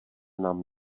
nám